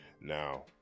now